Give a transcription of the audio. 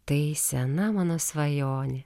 tai sena mano svajonė